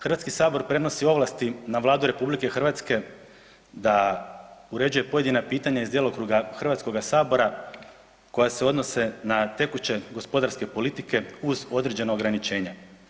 Hrvatski sabor prenosi ovlasti na Vladu Republike Hrvatske da uređuje pojedina pitanja iz djelokruga Hrvatskoga sabora koja se odnosi na tekuće gospodarske politike uz određena ograničenja.